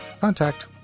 Contact